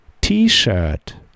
T-shirt